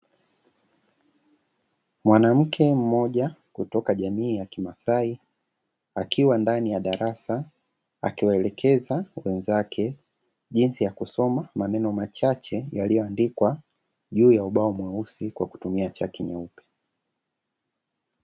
Mwanamke mmoja kutoka jamii ya kimaasai akiwa ndani ya darasa, akiwaelekeza wenzake jinsi ya kusoma maneno machache yaliyoandikwa juu ya ubao mweusi kwa kutumia chaki nyeupe.